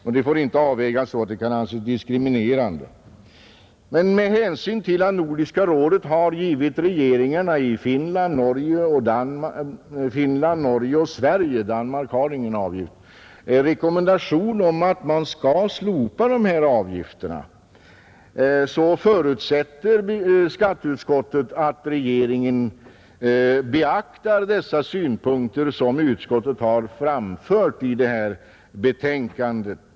Och de får inte avvägas så att de kan anses diskriminerande, Men med hänsyn till att Nordiska rådet gett regeringarna i Finland, Norge och Sverige — Danmark har inga avgifter — en rekommendation om att man skall slopa dessa avgifter förutsätter skatteutskottet att regeringen beaktar de synpunkter som utskottet framfört i detta betänkande.